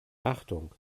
achtung